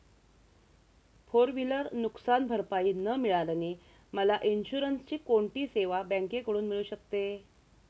Four wheeler नुकसानभरपाई न मिळाल्याने मला इन्शुरन्सची कोणती सेवा बँकेकडून मिळू शकते?